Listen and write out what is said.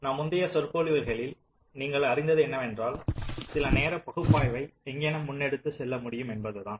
நம் முந்தைய சொற்பொழிவுகளில் நீங்கள் அறிந்தது என்னவென்றால் சில நேர பகுப்பாய்வை எங்கணம் முன்னெடுத்து செல்ல முடியும் என்பதுதான்